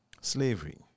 slavery